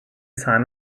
sign